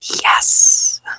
Yes